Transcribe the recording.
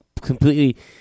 completely